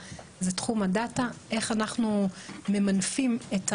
הזה זה שאותן חברות גדולות הביאו את חדרי